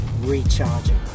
recharging